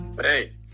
Hey